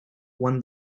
won